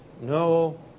no